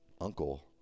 uncle